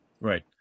Right